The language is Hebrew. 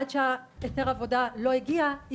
עד שהיתר העבודה הגיע,